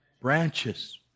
Branches